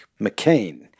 McCain